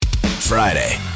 Friday